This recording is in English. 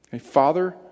Father